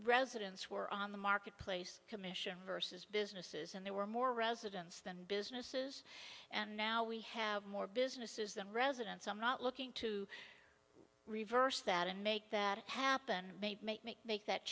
residents were on the marketplace commission versus businesses and there were more residents than businesses and now we have more businesses than residents i'm not looking to reverse that and make that happen maybe make